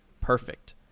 perfect